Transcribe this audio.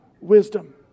wisdom